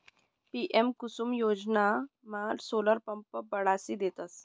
PM Kusum योजनामा solar pump बसाडी देतस